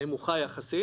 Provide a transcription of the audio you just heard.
היא נמוכה יחסית,